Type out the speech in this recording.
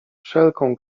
wszelką